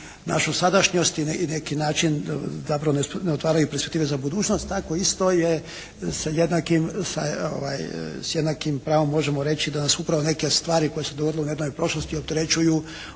našu sadašnjost i na neki način zapravo ne otvaraju perspektive za budućnost tako isto je sa jednakim, s jednakim pravom možemo reći da nas upravo neke stvari koje su se dogodile u nedavnoj prošlosti opterećuju